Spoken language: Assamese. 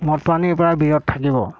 মদ পানীৰ পৰা বিৰত থাকিব